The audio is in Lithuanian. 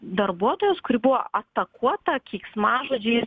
darbuotojos kuri buvo atakuota keiksmažodžiais